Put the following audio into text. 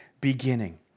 beginning